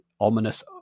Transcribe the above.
ominous